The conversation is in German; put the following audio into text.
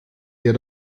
der